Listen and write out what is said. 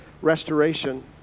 restoration